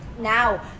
now